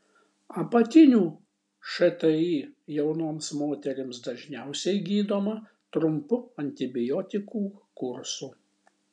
apatinių šti jaunoms moterims dažniausiai gydoma trumpu antibiotikų kursu